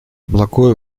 благое